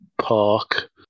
Park